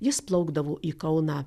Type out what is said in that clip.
jis plaukdavo į kauną